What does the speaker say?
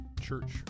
Church